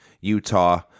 Utah